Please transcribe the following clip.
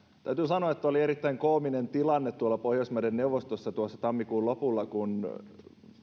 täytyy sanoa että oli erittäin koominen tilanne tuolla pohjoismaiden neuvostossa tuossa tammikuun lopulla kun